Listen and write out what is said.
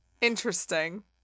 Interesting